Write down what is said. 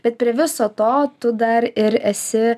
bet prie viso to tu dar ir esi